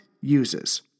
uses